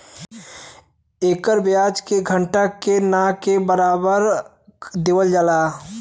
एकर ब्याज के घटा के ना के बराबर कर देवल जाला